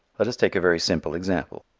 let us take a very simple example.